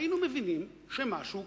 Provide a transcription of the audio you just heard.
היינו מבינים שמשהו קרה,